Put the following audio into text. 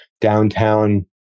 downtown